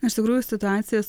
iš tikrųjų situacija su